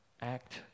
act